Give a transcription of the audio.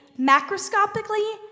macroscopically